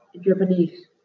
Japanese